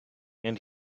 and